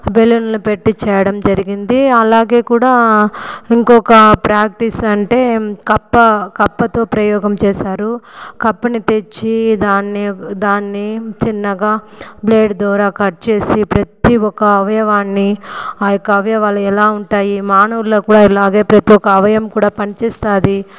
బెలూన్ని పెట్టి చేయడం జరిగింది అలాగే కూడా ఇంకొక ప్రాక్టీస్ అంటే కప్ప కప్పతో ప్రయోగం చేశారు కప్పనీ తెచ్చి దాన్ని దాన్ని చిన్నగా బ్లేడ్ ద్వారా కట్ చేసి ప్రతి ఒక అవయవాన్ని ఆ యొక్క అవయవాలు ఎలా ఉంటాయి మానవుల్లో కూడా ఇలాగే ప్రతి ఒక్క అవయం కూడా పనిచేస్తుంది